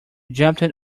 jumped